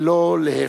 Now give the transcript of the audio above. ולא להיפך.